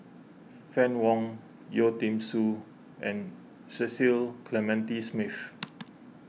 Fann Wong Yeo Tiam Siew and Cecil Clementi Smith